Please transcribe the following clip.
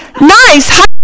Nice